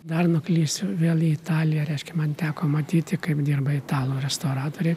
dar nuklysiu vėl į italiją reiškia man teko matyti kaip dirba italų restauratoriai